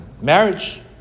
Marriage